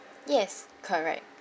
yes yes correct